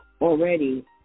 already